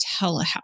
telehealth